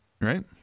Right